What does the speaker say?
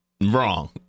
Wrong